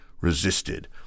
resisted